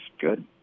good